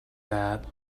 that